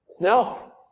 No